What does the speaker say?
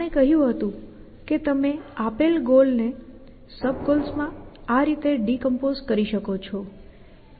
આપણે કહ્યું હતું કે તમે આપેલ ગોલ ને સબ ગોલ્સ માં આ રીતે ડિકોમ્પોઝ કરી શકો છો